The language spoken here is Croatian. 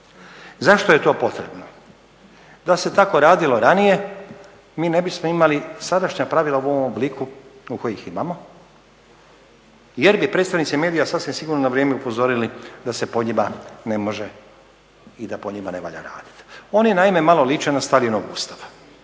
Zašto je to potrebno? Da se tako radilo ranije mi ne bismo imali sadašnja pravila u ovom obliku u kojem imamo jer bi predstavnici medija sasvim sigurno na vrijeme upozorili da se po njima ne može i da po njima ne valja raditi. Oni naime malo liče na